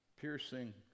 Piercing